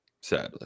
Sadly